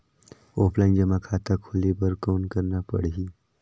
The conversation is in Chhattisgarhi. ऑफलाइन जमा खाता खोले बर कौन करना पड़ही?